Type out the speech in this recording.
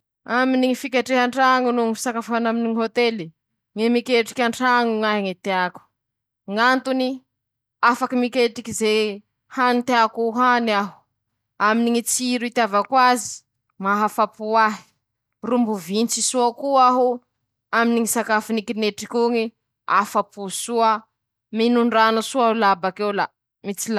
Ñy loko mavo, midika, fahazavana i amiko ;ñy avy an-dohako ao voalohany :-ñy loko mavo mañambara fahendrea, ñy hafalia, ñy fiaiña, ñy hery, misy koa ñy fihetseham-po maiva ro mafana, mangotrakotraky mbakañain-teña añy.